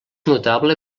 notable